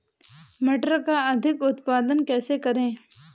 मटर का अधिक उत्पादन कैसे करें?